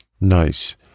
Nice